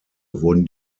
wurden